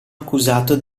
accusato